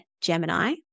Gemini